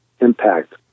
impact